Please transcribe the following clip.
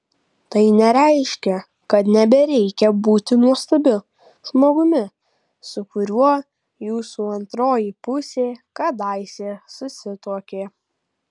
tai nereiškia kad nebereikia būti nuostabiu žmogumi su kuriuo jūsų antroji pusė kadaise susituokė